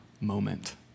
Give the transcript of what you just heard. moment